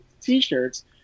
t-shirts